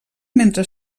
mentre